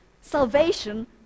salvation